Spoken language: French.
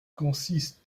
consiste